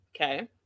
Okay